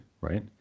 Right